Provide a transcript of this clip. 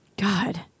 God